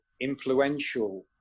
influential